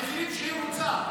במחירים שהיא רוצה.